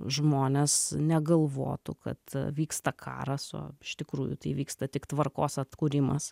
žmonės negalvotų kad vyksta karas o iš tikrųjų tai vyksta tik tvarkos atkūrimas